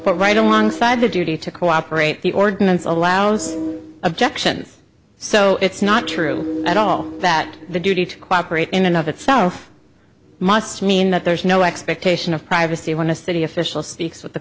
but right alongside the duty to cooperate the ordinance allows objections so it's not true at all that the duty to cooperate in and of itself must mean that there is no expectation of privacy went to city officials speaks with the